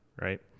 right